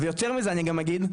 ויותר מזה אני אגיד,